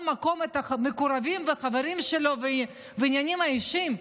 מקום את המקורבים והחברים שלו והעניינים האישיים,